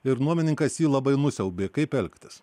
ir nuomininkas jį labai nusiaubė kaip elgtis